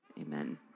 Amen